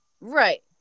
right